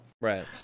right